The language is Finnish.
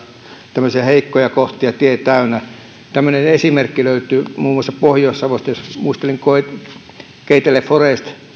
tämmöisiä heikkoja kohtia tie täynnä tämmöinen esimerkki löytyy muun muassa pohjois savosta muistelen että kun keitele forest